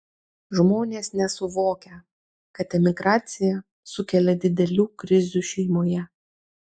žmonės nesuvokia kad emigracija sukelia didelių krizių šeimoje